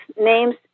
names